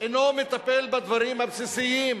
אינו מטפל בדברים הבסיסיים,